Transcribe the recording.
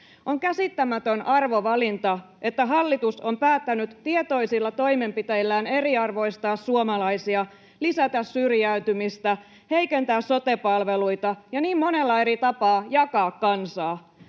On käsittämätön arvovalinta, että hallitus on päättänyt tietoisilla toimenpiteillään eriarvoistaa suomalaisia, lisätä syrjäytymistä, heikentää sote-palveluita ja niin monella eri tapaa jakaa kansaa.